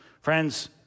Friends